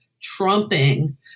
trumping